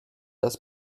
das